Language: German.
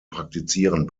praktizieren